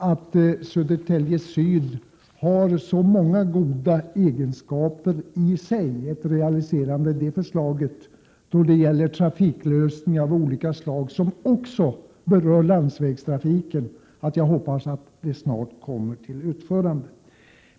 Ett realiserande av förslaget om Södertälje syd har i sig så många goda egenskaper beträffande trafiklösningar av olika slag som också berör landsvägstrafiken, att jag hoppas att detta snart kommer till utförande.